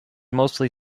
mostly